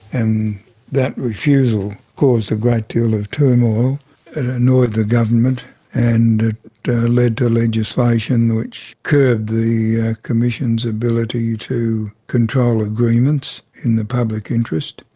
and that refusal caused a great deal of turmoil and annoyed the government and it led to legislation which curbed the commission's ability to control agreements in the public interest,